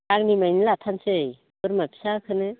गांनै मानि लाथानसै बोरमा फिसाखोनो